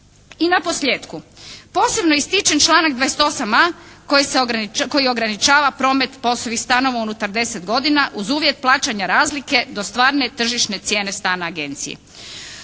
I naposlijetku posebno ističem članak 28.a koji ograničava promet POS-ovih stanova unutar 10 godina uz uvjet plaćanja razlike do stvarne tržišne cijene stana agencije.